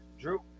drew